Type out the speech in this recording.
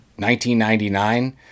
1999